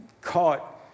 caught